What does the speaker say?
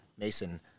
Mason